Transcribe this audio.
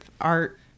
art